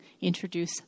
introduce